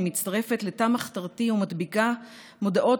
היא מצטרפת לתא מחתרתי ומדביקה מודעות